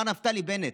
מר נפתלי בנט,